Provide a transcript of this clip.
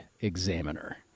examiner